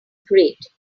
great